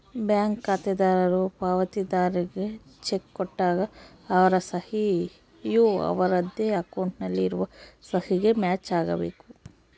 bank ಖಾತೆದಾರರು ಪಾವತಿದಾರ್ರಿಗೆ cheque ಕೊಟ್ಟಾಗ ಅವರ ಸಹಿ ಯು ಅವರದ್ದೇ ಅಕೌಂಟ್ ನಲ್ಲಿ ಇರುವ ಸಹಿಗೆ ಮ್ಯಾಚ್ ಆಗಬೇಕು